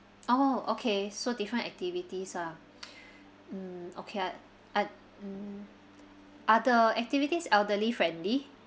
orh okay so different activities ah mm okay I I mm are the activities elderly friendly